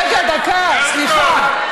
רגע, דקה, סליחה.